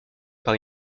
par